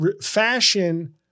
fashion